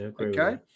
Okay